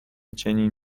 چنین